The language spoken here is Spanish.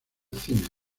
cine